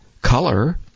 color